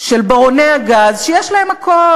של ברוני הגז שיש להם הכול.